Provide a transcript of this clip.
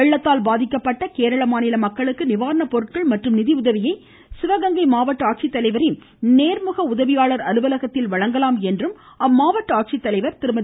வெள்ளத்தால் பாதிக்கப்பட்ட கேரள மாநில மக்களுக்கு நிவாரணப் பொருட்கள் மற்றும் நிதியுதவியை சிவகங்கை மாவட்ட ஆட்சித்தலைவரின் நேர்முக உதவியாளர் அலுவலகத்தில் வழங்கலாம் என ஆட்சித்தலைவர் திருமதி